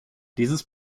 dieses